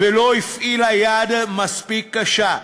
ולא הפעילה יד מספיק קשה.